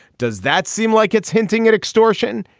does that seem like it's hinting at extortion?